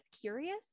curious